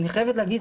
אני חייבת להגיד,